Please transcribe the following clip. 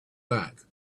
back